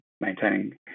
maintaining